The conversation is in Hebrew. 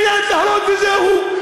מייד להרוג וזהו.